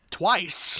twice